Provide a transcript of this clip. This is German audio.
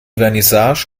vernissage